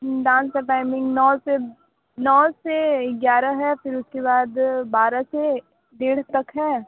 dance का timing नौ से नौ से ग्यारह है फिर उसके बाद बारह से डेढ़ तक है